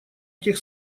этих